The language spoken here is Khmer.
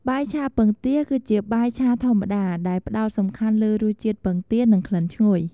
បាយឆាពងទាគឺជាបាយឆាធម្មតា ដែលផ្តោតសំខាន់លើរសជាតិពងទា និងក្លិនឈ្ងុយ។